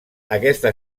aquesta